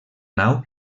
nau